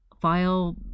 file